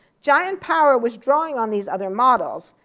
giant power was drawing on these other models,